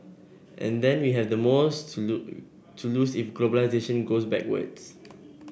and then we have the most to to lose if globalisation goes backwards